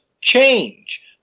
change